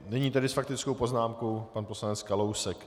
Nyní tedy s faktickou poznámkou pan poslanec Kalousek.